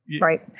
Right